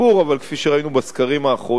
אבל כפי שראינו בסקרים האחרונים,